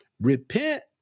repent